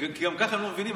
כי גם ככה הם לא מבינים,